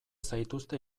zaituzte